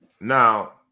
Now